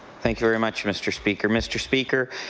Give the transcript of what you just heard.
thank you very much mr. speaker. mr. speaker,